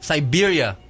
Siberia